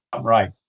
right